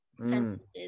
sentences